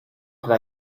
could